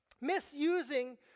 Misusing